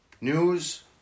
news